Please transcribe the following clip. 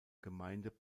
gemeinde